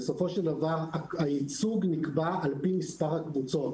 בסופו של דבר הייצוג נקבע על פי מספר הקבוצות.